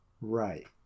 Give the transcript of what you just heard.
Right